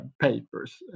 papers